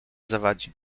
zawadzi